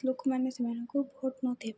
ଲୋକମାନେ ସେମାନଙ୍କୁ ଭୋଟ ନଥିବେ